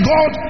God